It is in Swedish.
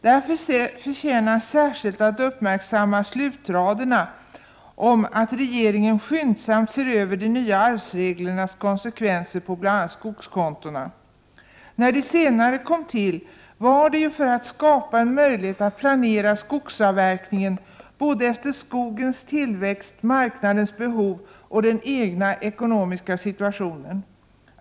Särskilt förtjänar att uppmärksammas slutraderna i utskottets skrivning om att regeringen skyndsamt ser över de nya arvsreglernas konsekvenser på bl.a. skogskontona. När skogskontona kom till var det för att skapa en möjlighet att planera skogsavverkningen efter skogens tillväxt, marknadens behov och den egna ekonomiska situationen.